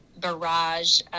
barrage